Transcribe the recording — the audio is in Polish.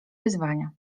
wyzwania